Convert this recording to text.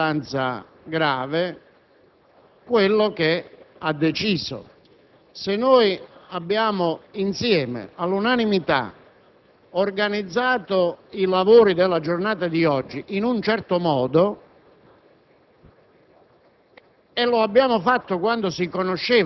valori e, con un precedente abbastanza grave, quello che ha deciso. Se insieme, all'unanimità, abbiamo organizzato i lavori della giornata di oggi in un certo modo